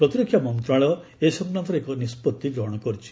ପ୍ରତିରକ୍ଷା ମନ୍ତ୍ରଣାଳୟ ଏ ସଂକ୍ରାନ୍ତରେ ଏକ ନିଷ୍ପଭି ଗ୍ରହଣ କରିଛି